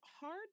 hard